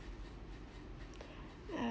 I